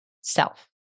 self